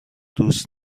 دوست